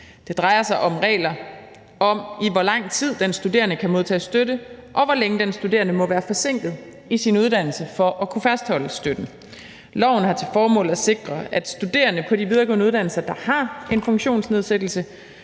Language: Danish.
Det drejer sig om regler om, i hvor lang tid den studerende kan modtage støtte, og hvor længe den studerende må være forsinket i sin uddannelse for at kunne fastholde støtten. Loven har til formål at sikre, at studerende på de videregående uddannelser, der har en funktionsnedsættelse,